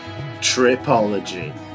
Tripology